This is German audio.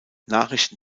nachrichten